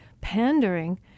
pandering